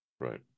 Right